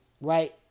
Right